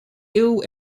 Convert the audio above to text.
ill